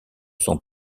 son